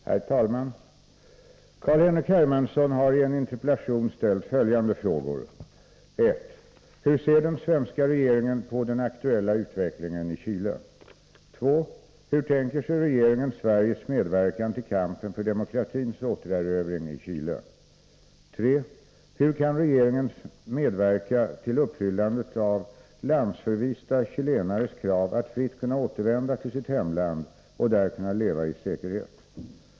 Herr talman! Carl-Henrik Hermansson har i en interpellation ställt följande frågor: 1. Hur ser den svenska regeringen på den aktuella utvecklingen i Chile? 2. Hur tänker sig regeringen Sveriges medverkan till kampen för demokratins återerövring i Chile? 3. Hur kan regeringen medverka till uppfyllandet av landsförvista chilenares krav att fritt kunna återvända till sitt hemland och där kunna leva i säkerhet?